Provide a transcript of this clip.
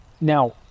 now